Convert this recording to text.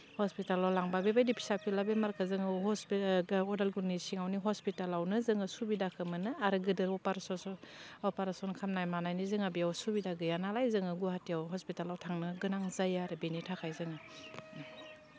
हस्पिटालाव लांबा बेबायदि फिसा फेनला बेमारखो जों हस अदालगुरिनि सिङावनि हस्पिटालावनो जोङो सुबिदाखो मोनो आरो गिदिर अपारेशसन अपारेशन खामनाय मानायनि जोंहा बेयाव सुबिदा गैया नालाय जोङो गवाहाटियाव हस्पिटालाव थांनो गोनां जायो आरो बेनि थाखाय जों